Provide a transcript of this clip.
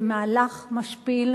יש פה תהליך קשה של התבהמות,